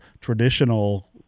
traditional